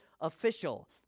official